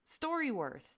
StoryWorth